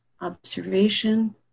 observation